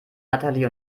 natalie